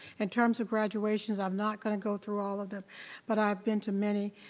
in terms of graduations, i'm not gonna go through all of them but i've been to many.